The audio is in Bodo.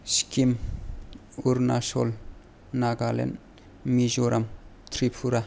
सिक्किम अरुणाचल नागालेण्ड मिजराम त्रिपुरा